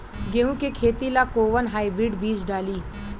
गेहूं के खेती ला कोवन हाइब्रिड बीज डाली?